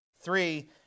Three